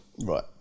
Right